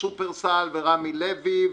שופרסל ורמי לוי,